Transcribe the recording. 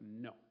no